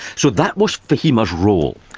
so that was fahima's role.